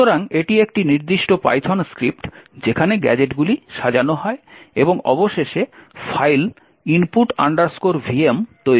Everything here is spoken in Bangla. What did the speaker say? সুতরাং এটি একটি নির্দিষ্ট পাইথন স্ক্রিপ্ট যেখানে গ্যাজেটগুলি সাজানো হয় এবং অবশেষে ফাইল input vm তৈরি হয়